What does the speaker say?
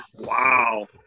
Wow